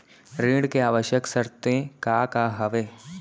ऋण के आवश्यक शर्तें का का हवे?